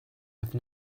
have